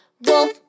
Wolf